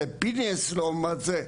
זה פינס לעומת זה,